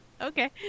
okay